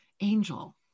Angel